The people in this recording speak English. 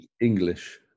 English